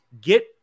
get